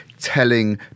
telling